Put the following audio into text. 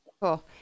Cool